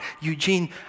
Eugene